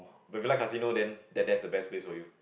if you like casino then that that's the best place for you